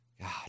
God